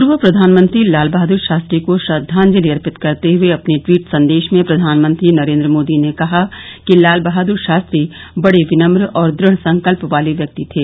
पूर्व प्रधानमंत्री लााल बहादुर शास्त्री को श्रद्वाजंलि अर्पित करते हुए अपने ट्वीट संदेश में प्रधानमंत्री नरेन्द्र मोदी ने कहा कि लाल बहाद्र शास्त्री बड़े विनम्र और दृढ़ संकल्प वाले व्यक्ति थे